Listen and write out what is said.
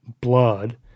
blood